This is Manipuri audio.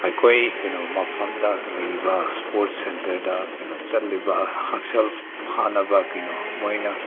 ꯑꯩꯈꯣꯏ ꯀꯩꯅꯣ ꯃꯐꯝꯗ ꯂꯩꯕ ꯏꯁꯄꯣꯔꯠ ꯁꯦꯟꯇꯔꯗ ꯀꯩꯅꯣ ꯆꯠꯂꯤꯕ ꯍꯛꯁꯦꯜ ꯐꯅꯕ ꯀꯩꯅꯣ ꯃꯣꯏꯅ